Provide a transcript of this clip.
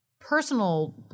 personal